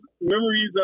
memories